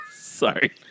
Sorry